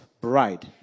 bride